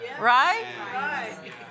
Right